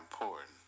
important